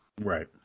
Right